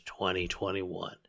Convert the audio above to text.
2021